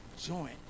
joint